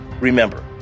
Remember